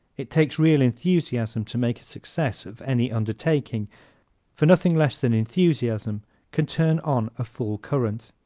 it takes real enthusiasm to make a success of any undertaking for nothing less than enthusiasm can turn on a full current.